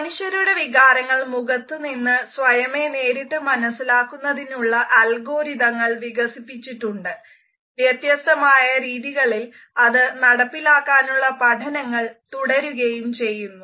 മനുഷ്യരുടെ വികാരങ്ങൾ മുഖത്തു നിന്ന് സ്വയമേ നേരിട്ട് മനസിലാക്കുന്നതിനുള്ള അൽഗോരിതങ്ങൾ വികസിപ്പിച്ചിട്ടുണ്ട് വ്യത്യസ്തമായ രീതികളിൽ അത് നടപ്പിലാക്കാനുള്ള പഠനങ്ങൾ തുടരുകയും ചെയ്യുന്നു